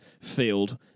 field